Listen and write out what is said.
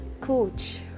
coach